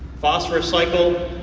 phosphorous cycle,